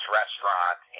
restaurant